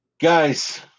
guys